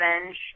revenge